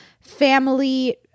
family